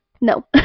no